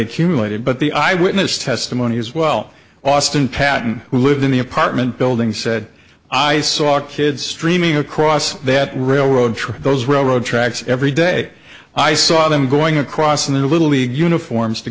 accumulated but the eyewitness testimony as well austin patton who lived in the apartment building said i saw kids streaming across that railroad track those railroad tracks every day i saw them going across in their little league uniforms to